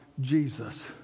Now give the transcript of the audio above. Jesus